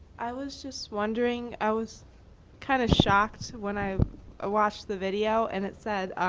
i was just wondering, i was kind of shocked when i ah watched the video and it said,